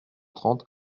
trente